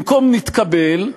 במקום "נתקבל"